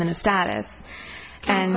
minutes data and